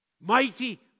Mighty